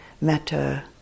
metta